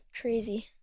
crazy